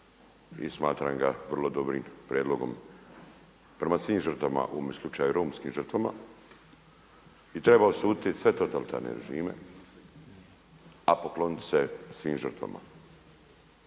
i smatram ga vrlo dobrim prijedlogom prema svim žrtvama u ovome slučaju romskim žrtvama. I treba osuditi sve totalitarne režime a pokloniti se svim žrtvama.